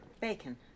Bacon